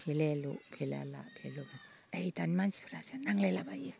फेलेलु फेलाला फेलेलु फेलाला फेलु फेला ओइ दानि मानसिफ्रासो नांलायलाबायो